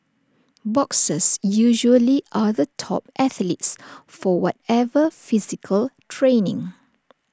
boxers usually are the top athletes for whatever physical training